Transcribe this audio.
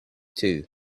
two